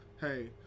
hey